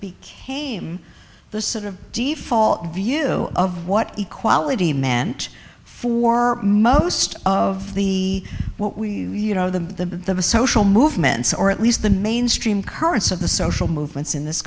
became the sort of view of what equality meant for most of the what we you know the of a social movements or at least the mainstream currents of the social movements in this